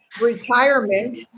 retirement